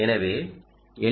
எனவே எல்